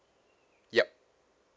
yup